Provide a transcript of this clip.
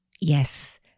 Yes